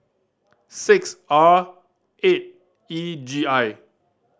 six R eight E G I